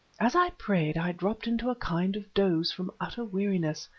as i prayed i dropped into a kind of doze from utter weariness,